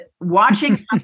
watching